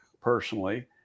personally